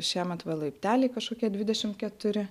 šiemet va laipteliai kažkokie dvidešimt keturi